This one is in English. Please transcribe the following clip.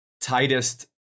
tightest